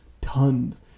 tons